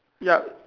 yup